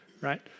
right